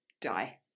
die